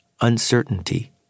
uncertainty